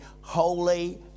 holy